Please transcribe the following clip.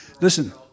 Listen